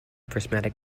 prismatic